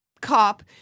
cop